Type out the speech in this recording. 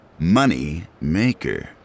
Moneymaker